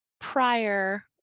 prior